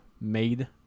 made